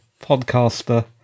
podcaster